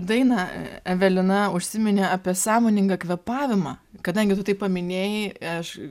dainą evelina užsiminė apie sąmoningą kvėpavimą kadangi tu tai paminėjai aš